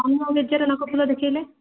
ଅନ୍ୟ ର ନାକଫୁଲ ଦେଖାଇଲେ